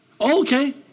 Okay